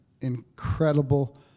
incredible